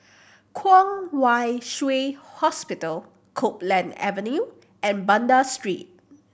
Kwong Wai Shiu Hospital Copeland Avenue and Banda Street